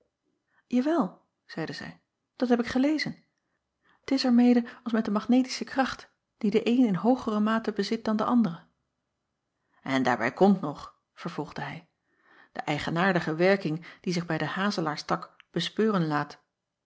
awel zeide zij dat heb ik gelezen t is er mede als met de magnetische kracht die de een in hoogere mate bezit dan de andere n daarbij komt nog vervolgde hij de eigenaar acob van ennep laasje evenster delen dige werking die zich bij den hazelaarstak bespeuren laat